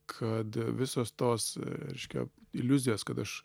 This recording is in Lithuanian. kad visos tos reiškia iliuzijos kad aš